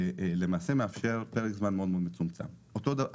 כל אלה מאפשרים פרק זמן מאוד מצומצם לעבודה.